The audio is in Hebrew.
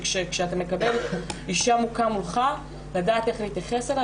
כשאתה מקבל אישה מוכה מולך, לדעת איך להתייחס לזה.